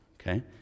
okay